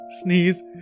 sneeze